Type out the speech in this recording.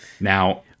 Now